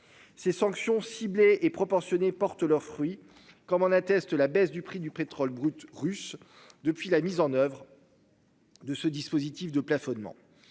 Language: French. Ces sanctions ciblées et proportionnées portent leurs fruits. Comme en atteste la baisse du prix du pétrole brut russe depuis la mise en oeuvre. De ce dispositif de plafonnement.